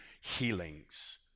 healings